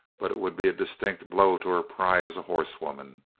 but it would be a distinct blow to her pride as a horsewoman.